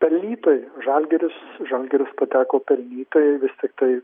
pelnytai žalgiris žalgiris pateko pelnytai vis tiktai